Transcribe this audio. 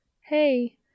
Hey